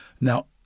Now